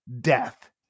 death